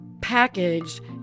packaged